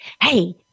hey